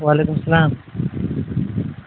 وعلیکم السلام